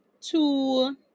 two